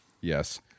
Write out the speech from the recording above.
yes